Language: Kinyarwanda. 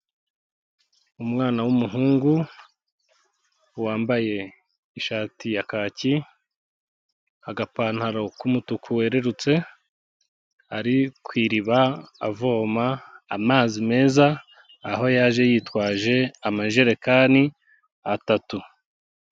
Umwana w'umuhungu wambaye ishati ya kaki, agapantaro k'umutuku werurutse, ari ku iriba avoma amazi meza, aho yaje yitwaje amajerekani atatu.